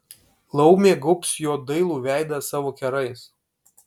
laumė gaubs jo dailų veidą savo kerais